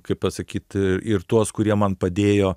kaip pasakyti ir tuos kurie man padėjo